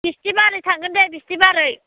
बिस्थिबारै थांगोन दे बिस्थिबारै